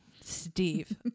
Steve